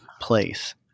place